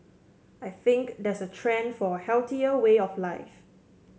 I think there's a trend for a healthier way of life